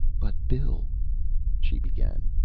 but bill she began.